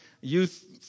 youth